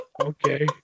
Okay